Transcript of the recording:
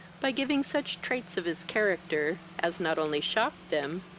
by giving such traits of his character, as not only shocked them,